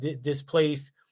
displaced